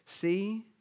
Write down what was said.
See